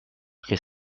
qu’est